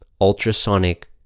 ultrasonic